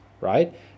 right